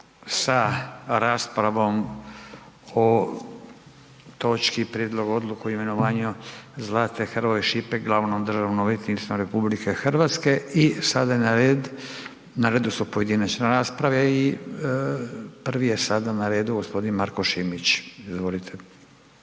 sa raspravom o točki Prijedlog odluke o imenovanju Zlate Hrvoj Šipek glavnom državnom odvjetnicom RH i sada na redu su pojedinačne rasprave i prvi je sada na redu g. Marko Šimić, izvolite.